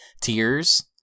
Tears